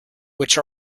which